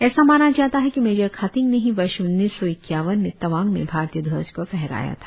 ऐसा माना जाता है कि मेजर खाथिंग ने ही वर्ष उन्नीस सौ इक्यावन में तवांग में भारतीय ध्वज को फहराया था